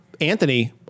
Anthony